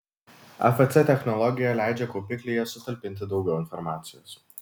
afc technologija leidžia kaupiklyje sutalpinti daugiau informacijos